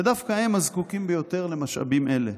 ודווקא הם הזקוקים ביותר למשאבים אלה,